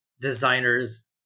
designers